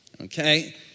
Okay